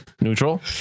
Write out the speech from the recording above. Neutral